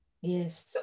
Yes